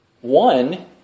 One